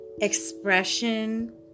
expression